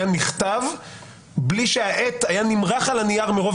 היה נכתב בלי שהעט היה נמרח על הנייר מרוב